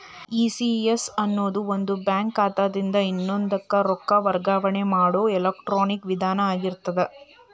ECS ಅನ್ನೊದು ಒಂದ bank ಖಾತಾದಿನ್ದ ಇನ್ನೊಂದಕ್ಕ ರೊಕ್ಕ ವರ್ಗಾವಣೆ ಮಾಡೊ ಎಲೆಕ್ಟ್ರಾನಿಕ್ ವಿಧಾನ ಆಗಿರ್ತದ